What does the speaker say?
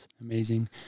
Amazing